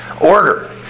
order